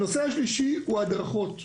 הנושא השלישי הוא ההדרכות.